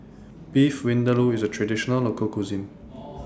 Beef Vindaloo IS A Traditional Local Cuisine